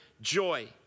joy